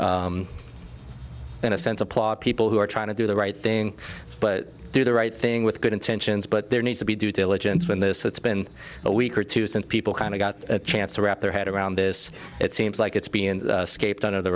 in a sense applaud people who are trying to do the right thing but do the right thing with good intentions but there needs to be due diligence when this it's been a week or two since people kind of got a chance to wrap their head around this it seems like it's being scaped under the